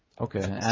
okay.